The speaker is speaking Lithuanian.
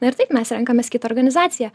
na ir taip mes renkamės kitą organizaciją